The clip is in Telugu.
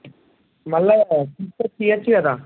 మళ్ళా తీసుకు వచ్చి ఇవ్వచ్చు కదా